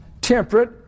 temperate